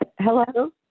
hello